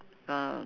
uh